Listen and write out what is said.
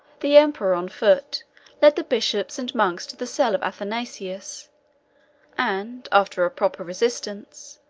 the emperor on foot led the bishops and monks to the cell of athanasius and, after a proper resistance,